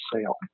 Sale